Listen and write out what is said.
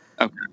Okay